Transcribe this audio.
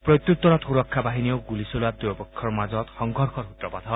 প্ৰত্যুত্তৰত সুৰক্ষা বাহিনীয়েও গুলী চলোৱাত দুয়োপক্ষৰ মাজত সংঘৰ্ষৰ সূত্ৰপাত হয়